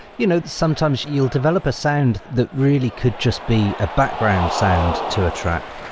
you know sometimes you'll develop a sound that really could just be a background sound to a tract.